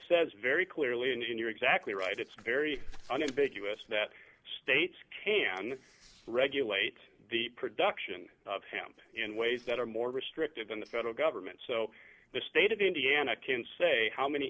says very clearly and you're exactly right it's very unambiguous that states can regulate the production of him in ways that are more restrictive than the federal government so the state of indiana can say how many